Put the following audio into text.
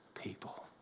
people